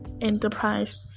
enterprise